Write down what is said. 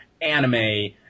anime